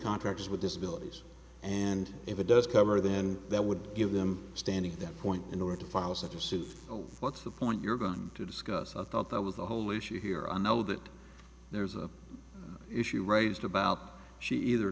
contract with disability and if it does cover then that would give them standing at that point in order to file such a suit what's the point you're going to discuss i thought that was the whole issue here i know that there's a issue raised about she either